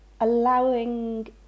allowing